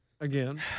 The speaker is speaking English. again